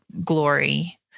glory